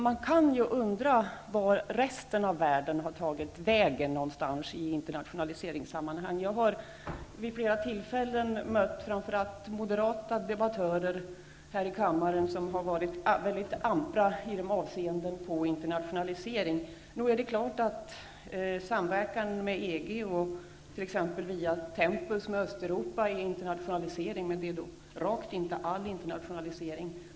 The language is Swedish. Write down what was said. Man kan ju undra vart resten av världen har tagit vägen i internationaliseringssammanhang. Jag har vid flera tillfällen mött framför allt moderata debattörer här i kammaren som har varit väldigt ampra med avseende på internationalisering. Nog är det klart att samverkan med EG och t.ex. via Tempus med Östeuropa är internationalisering, men det är då rakt inte all internationalisering.